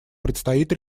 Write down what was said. предстоит